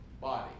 body